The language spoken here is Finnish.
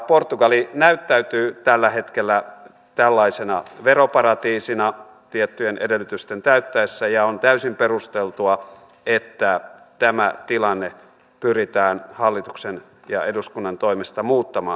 portugali näyttäytyy tällä hetkellä tällaisena veroparatiisina tiettyjen edellytysten täyttyessä ja on täysin perusteltua että tämä tilanne pyritään hallituksen ja eduskunnan toimesta muuttamaan